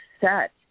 set